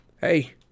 hey